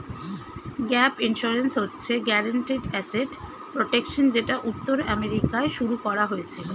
gap insurance হচ্ছে guaranteed asset protection যেটা উত্তর আমেরিকায় শুরু করা হয়েছিল